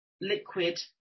liquid